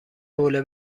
حوله